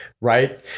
Right